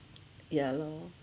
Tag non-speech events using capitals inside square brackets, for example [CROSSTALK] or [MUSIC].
[NOISE] ya lor